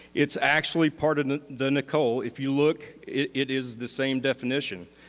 it's actually part of the nicole, if you look, it is the same definition.